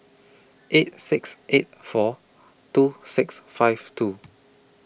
eight six eight four two six five two